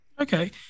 Okay